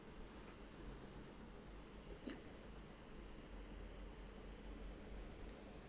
yup